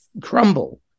crumble